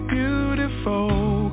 beautiful